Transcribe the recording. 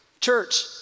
Church